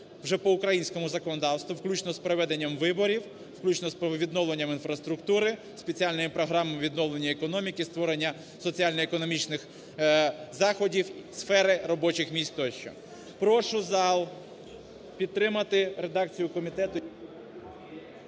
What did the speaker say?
вже по українському законодавству, включно з проведенням виборів, включно з відновленням інфраструктури, спеціальної програми відновлення економіки, створення соціально-економічних заходів, сфери робочих місць тощо. Прошу зал підтримати редакцію комітету…